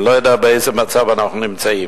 אני לא יודע באיזה מצב אנחנו נמצאים.